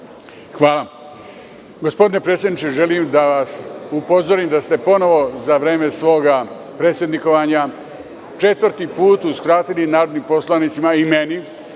Hvala. Gospodine predsedniče, želim da vas upozorim da ste ponovo za vreme svoga predsednikovanja, četvrti put uskratili narodnim poslanicima i meni,